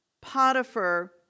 Potiphar